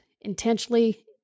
intentionally